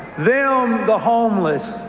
them the homeless.